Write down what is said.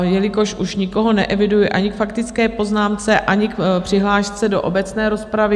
Jelikož už nikoho neeviduji ani k faktické poznámce, ani k přihlášce do obecné rozpravy...